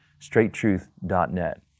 straighttruth.net